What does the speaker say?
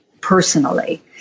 personally